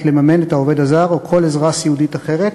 לממן את העובד הזר או כל עזרה סיעודית אחרת.